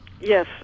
Yes